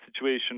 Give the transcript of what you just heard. situation